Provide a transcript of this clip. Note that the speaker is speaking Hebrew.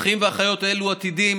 האחים והאחיות האלו עתידים,